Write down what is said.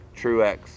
Truex